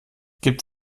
gibt